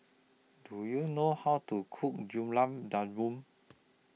Do YOU know How to Cook Gulab Jamun